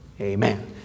Amen